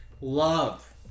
love